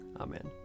Amen